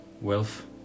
wealth